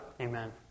Amen